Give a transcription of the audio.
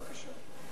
בבקשה.